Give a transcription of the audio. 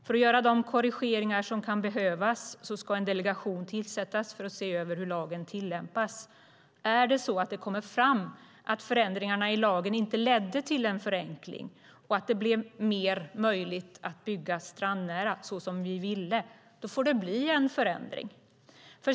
För att göra de korrigeringar som kan behövas ska en delegation tillsättas för att se över hur lagen tillämpas. Är det så att det då kommer fram att förändringarna i lagen inte ledde till en förenkling och att det blev mer möjligt att bygga strandnära, som vi ville, får det bli en förändring.